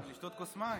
חבר הכנסת לוין,